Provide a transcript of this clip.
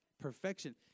perfection